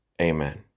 amen